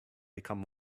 become